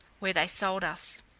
where they sold us.